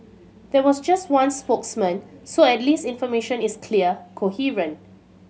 there was just one spokesman so at least information is clear coherent